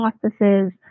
processes